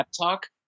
talk